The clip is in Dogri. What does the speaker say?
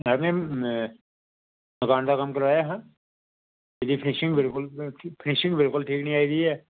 मैम में मकान दा कम्म कराया हा एह्दी फिनिशिंग बिलकुल फिनिशिंग बिलकुल ठीक निं आई दी ऐ